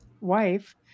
wife